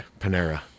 Panera